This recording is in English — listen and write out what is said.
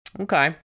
Okay